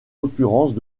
occurrences